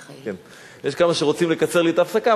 יש כמה שרוצים לקצר לי את ההפסקה,